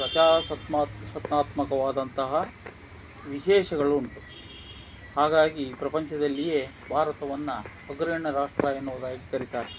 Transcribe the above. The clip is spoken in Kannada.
ಪ್ರಜಾಸತ್ಮಾ ಸತ್ತಾತ್ಮಕವಾದಂತಹ ವಿಶೇಷಗಳು ಉಂಟು ಹಾಗಾಗಿ ಪ್ರಪಂಚದಲ್ಲಿಯೇ ಭಾರತವನ್ನು ಅಗ್ರಗಣ್ಯ ರಾಷ್ಟ್ರ ಎನ್ನುವುದಾಗಿ ಕರೀತಾರೆ